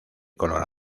color